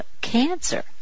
cancer